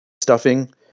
stuffing